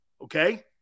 okay